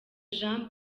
jean